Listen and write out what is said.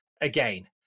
again